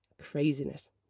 craziness